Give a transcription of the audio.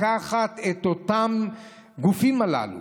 לקחת את הגופים הללו,